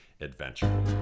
adventure